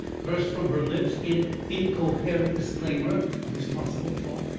burst from her lips in incoherent disclaimer of his possible thought.